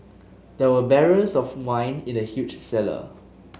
there were barrels of wine in the huge cellar